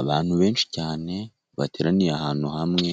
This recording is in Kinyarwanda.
Abantu benshi cyane bateraniye ahantu hamwe